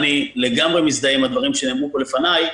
אני לגמרי מזדהה עם הדברים שנאמרו פה לפניי.